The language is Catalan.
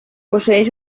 posseeix